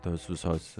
tos visos